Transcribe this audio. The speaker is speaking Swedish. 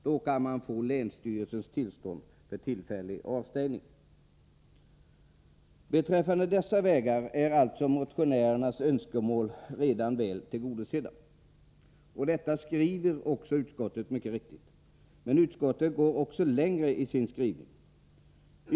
Då kan man få länsstyrelsens tillstånd till tillfällig avstängning. Beträffande dessa vägar är motionärernas önskemål alltså redan väl tillgodosedda. Detta skriver utskottet också mycket riktigt. Men utskottet går längre i sin skrivning.